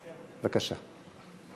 בבקשה.